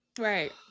Right